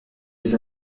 des